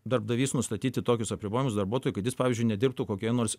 darbdavys nustatyti tokius apribojimus darbuotojui kad jis pavyzdžiui nedirbtų kokioj nors